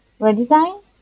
redesign